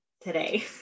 today